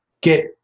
get